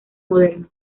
moderno